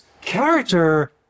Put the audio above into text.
character